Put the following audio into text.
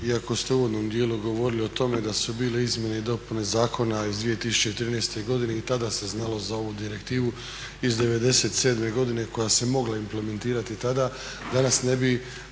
iako ste u uvodnom dijelu govorili o tome da su bile izmjene i dopune Zakona iz 2013. godine i tada se znalo za ovu direktivu iz '97. godine koja se mogla implementirati tada, danas ne bi